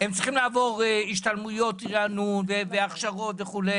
הם צריכים לעבור השתלמויות ריענון והכשרות וכולי